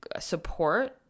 support